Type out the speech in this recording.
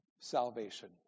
salvation